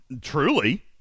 truly